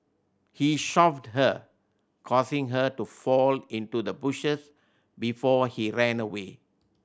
he shoved her causing her to fall into the bushes before he ran away